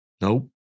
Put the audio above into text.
Nope